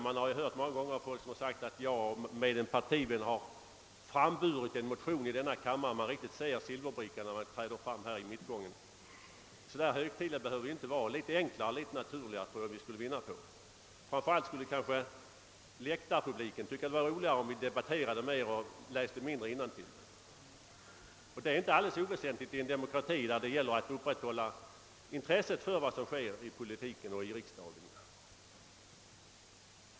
Många gånger har man hört ledamöter säga att »min partivän och jag har framburit en motion i denna kammare», och då har man nästan tyckt sig se dem när de i mittgången träder fram med silverbrickan. Så där högtidligt behöver det inte vara. Jag tror att vi skulle vinna på att få det hela litet enklare och naturligare. Framför allt skulle läktarpubliken tycka att det vore roligare om vi debatterade mera och läste mindre innantill. Detta är betydelsefullt i en demokrati där det gäller att upprätthålla intresset för vad som sker i politiken, i riksdagen.